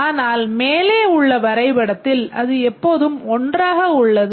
ஆனால் மேலே உள்ள வரைபடத்தில் அது எப்போதும் 1 ஆக உள்ளது